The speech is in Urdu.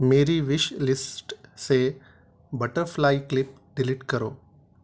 میری وش لسٹ سے بٹر فلائی کلپ ڈیلیٹ کرو